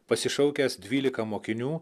pasišaukęs dvylika mokinių